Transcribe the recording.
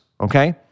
okay